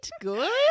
Good